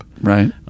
right